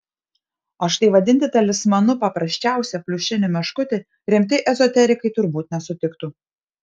o štai vadinti talismanu paprasčiausią pliušinį meškutį rimti ezoterikai turbūt nesutiktų